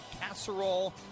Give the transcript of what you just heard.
casserole